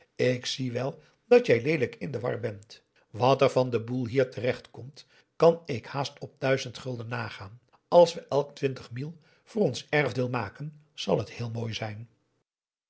ps maurits wel dat jij leelijk in de war bent wat er van den boel hier terechtkomt kan ik haast op duizend gulden nagaan als we elk twintig mille voor ons erfdeel maken zal het heel mooi zijn